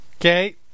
okay